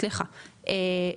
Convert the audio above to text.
סליחה,